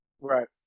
Right